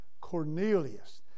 Cornelius